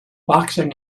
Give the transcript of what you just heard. boxing